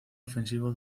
ofensivo